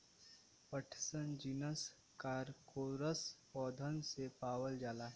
पटसन जीनस कारकोरस पौधन से पावल जाला